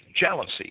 jealousy